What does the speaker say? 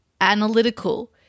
analytical